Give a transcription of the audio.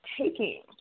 taking